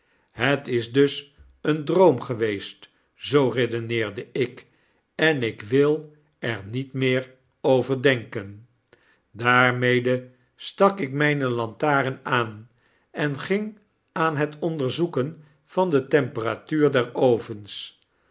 het is dus een droom geweest zoo redeneerde ik en ik wil er niet meer over denken daarmede stak ik myne lantaren aan en ging aan het onderzoeken van de temperatuur der ovens